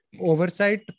oversight